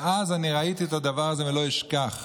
ואז אני ראיתי את הדבר הזה ולא אשכח.